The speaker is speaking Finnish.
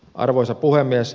arvoisa puhemies